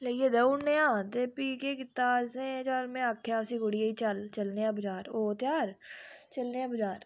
लेइयै देई ओड़ने आं ते भी केह् कीता असें चल में आखेआ उसी कुड़िये चल चलनें आं बजार हो त्यार चलनें आं बजार